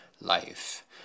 life